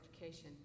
education